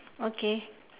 okay